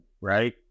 right